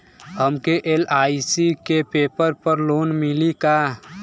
हमके एल.आई.सी के पेपर पर लोन मिली का?